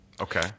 Okay